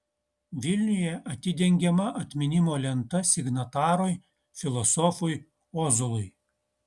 vilniuje atidengiama atminimo lenta signatarui filosofui ozolui